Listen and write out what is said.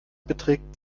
beträgt